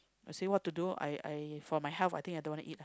I say what to do I I for my health I think I don't want to eat